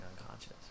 unconscious